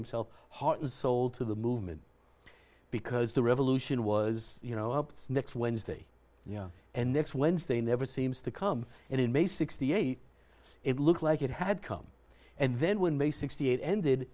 himself heart and soul to the movement because the revolution was you know up next wednesday and next wednesday never seems to come and in may sixty eight it looked like it had come and then when may sixty eight ended